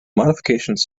modifications